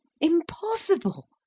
Impossible